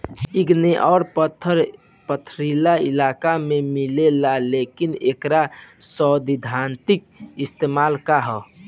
Igneous पत्थर पथरीली इलाका में मिलेला लेकिन एकर सैद्धांतिक इस्तेमाल का ह?